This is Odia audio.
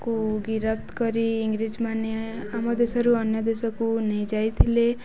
କୁ ଗିରଫ କରି ଇଂରେଜମାନେ ଆମ ଦେଶରୁ ଅନ୍ୟ ଦେଶକୁ ନେଇଯାଇଥିଲେ